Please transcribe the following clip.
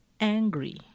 angry